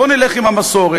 בואו נלך עם המסורת,